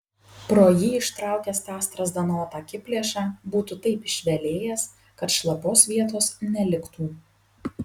pro jį ištraukęs tą strazdanotą akiplėšą būtų taip išvelėjęs kad šlapios vietos neliktų